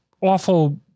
awful